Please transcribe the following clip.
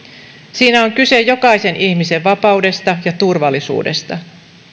siinä on kyse jokaisen ihmisen vapaudesta ja turvallisuudesta